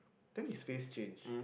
then his face changed